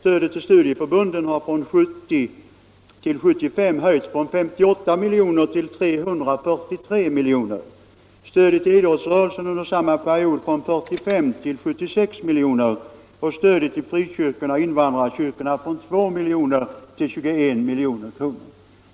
Stödet till studieförbunden har från 1970 till 1975 höjts från 58 miljoner till 343 miljoner, stödet till idrottsrörelsen under samma period från 45 miljoner till 76 miljoner och stödet till frikyrkorna och invandrarkyrkorna från 2 miljoner till 21 miljoner.